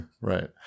Right